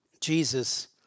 Jesus